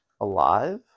alive